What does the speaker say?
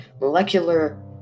molecular